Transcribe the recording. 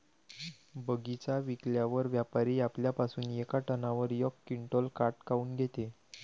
बगीचा विकल्यावर व्यापारी आपल्या पासुन येका टनावर यक क्विंटल काट काऊन घेते?